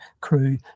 crew